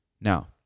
Now